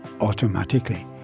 automatically